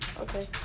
Okay